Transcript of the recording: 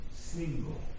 single